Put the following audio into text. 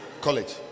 college